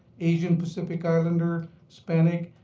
asian-pacific islander, hispanic,